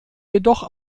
jedoch